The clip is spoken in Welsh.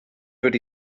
wedi